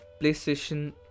PlayStation